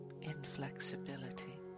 inflexibility